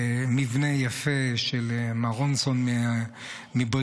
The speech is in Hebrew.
מבנה יפה של מר רונסון מבריטניה,